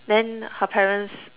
then her parents